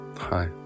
Hi